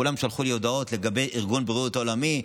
כולם שלחו לי הודעות לגבי ארגון הבריאות העולמי,